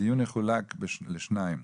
הדיון יחולק לשניים.